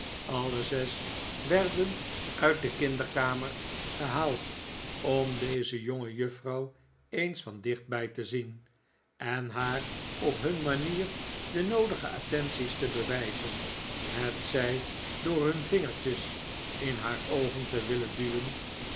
alle zes werden uit de kinderkamer gehaald om deze jongejuffrouw eens van dichtbij te zien en haar op hun manier de noodige attenties te bewijzen hetzij door hun vingertjes in haar oogen te willen duwen